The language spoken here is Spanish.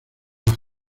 las